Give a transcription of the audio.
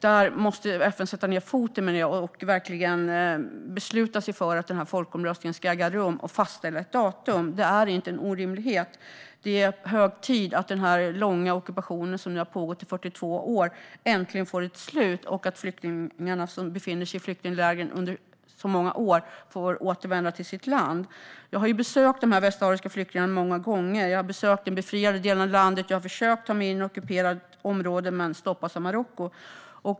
Där måste FN sätta ned foten och verkligen besluta att folkomröstningen ska äga rum och fastställa ett datum. Det är inte en orimlighet. Det är hög tid att denna långa ockupation som nu har pågått i 42 år äntligen får ett slut och att flyktingarna som befunnit sig i flyktinglägren under så många år får återvända till sitt land. Jag har besökt de västsahariska flyktinglägren flera gånger. Jag har besökt den befriade delen av landet. Jag har försökt ta mig in i det ockuperade området men stoppats av Marocko.